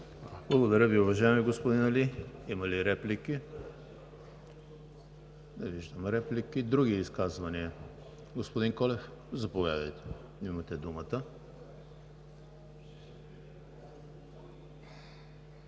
Благодаря Ви, уважаеми господин Али. Има ли реплики? Не виждам. Други изказвания? Господин Колев, заповядайте – имате думата.